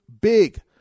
big